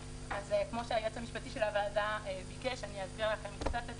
כמו שהיועץ המשפטי של הוועדה ביקש אני אסביר לכם קצת את